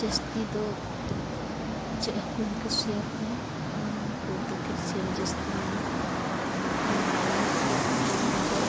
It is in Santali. ᱡᱟᱹᱥᱛᱤ ᱫᱚ ᱤᱪᱟᱹᱜ ᱦᱟᱹᱠᱩᱧ ᱠᱩᱥᱤᱭ ᱟᱠᱚᱣᱟ ᱟᱨ ᱱᱩᱠᱩ ᱨᱮᱫᱚ ᱡᱟᱹᱥᱛᱤ ᱧᱟᱢᱚᱜᱼᱟ ᱟᱨ ᱱᱩᱠᱩᱣᱟᱜ ᱜᱚᱱᱚᱝ ᱫᱚ